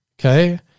Okay